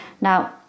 Now